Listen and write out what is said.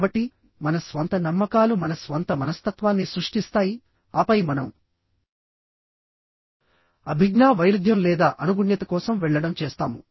కాబట్టి మన స్వంత నమ్మకాలు మన స్వంత మనస్తత్వాన్ని సృష్టిస్తాయి ఆపై మనం అభిజ్ఞా వైరుధ్యం లేదా అనుగుణ్యత కోసం వెళ్ళడం చేస్తాము